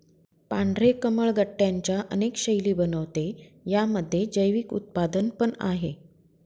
पांढरे कमळ गट्ट्यांच्या अनेक शैली बनवते, यामध्ये जैविक उत्पादन पण आहे